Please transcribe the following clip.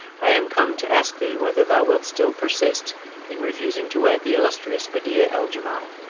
i am come to ask thee whether thou wilt still persist in refusing to wed the illustrious bedeea-el-jemal?